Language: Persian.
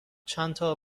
چندتا